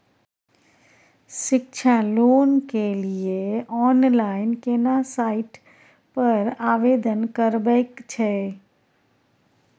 शिक्षा लोन के लिए ऑनलाइन केना साइट पर आवेदन करबैक छै?